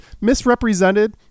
misrepresented